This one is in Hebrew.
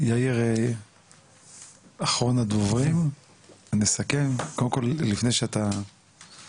יאיר אחרון הדוברים נסכם, קודם כל לפני שאתה